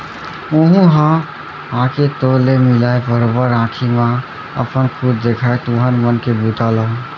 ओहूँ ह आके तोर ले मिलय, बरोबर आंखी म अपन खुद देखय तुँहर मन के बूता ल